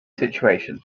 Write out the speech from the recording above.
situation